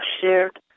shared